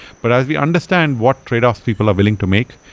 but as we understand what tradeoffs people are willing to make,